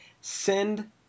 send